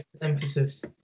emphasis